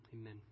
Amen